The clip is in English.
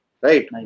Right